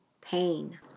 pain